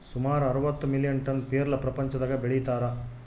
ಸುಮಾರು ಅರವತ್ತು million ton ಪೇರಲ ಪ್ರಪಂಚದಾಗ ಬೆಳೀತಾರ